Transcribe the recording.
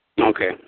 Okay